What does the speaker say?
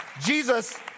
Jesus